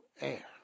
air